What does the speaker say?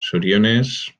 zorionez